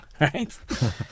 Right